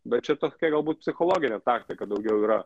bet čia tokia galbūt psichologinė taktika daugiau yra